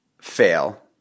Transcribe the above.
fail